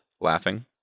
laughing